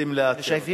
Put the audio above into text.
מנסים לאתר אותו.